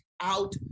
out